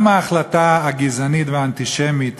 גם ההחלטה הגזענית והאנטישמית